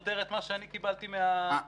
סותר את מה שאני קיבלתי מהמגדלים.